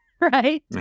Right